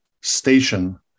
station